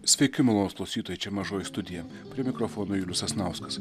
sveiki malonūs klausytojai čia mažoji studija prie mikrofono julius sasnauskas